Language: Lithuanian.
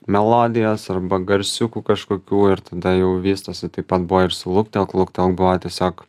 melodijos arba garsiukų kažkokių ir tada jau vystosi taip pat buvo ir su luktelk luktelk buvo tiesiog